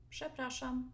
Przepraszam